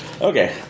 Okay